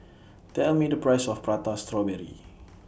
Tell Me The Price of Prata Strawberry